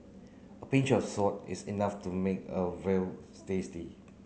a pinch of salt is enough to make a veal tasty